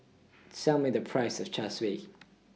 Tell Me The Price of Char Siu